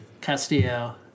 Castillo